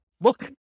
look